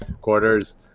quarters